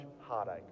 heartache